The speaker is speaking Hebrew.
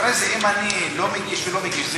אחרי זה אם אני לא מגיש ולא מגיש,